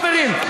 חברים,